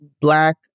Black